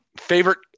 favorite